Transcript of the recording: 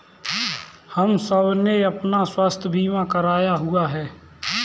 हम सबने अपना स्वास्थ्य बीमा करवाया हुआ है